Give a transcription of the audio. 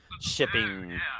shipping